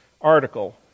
article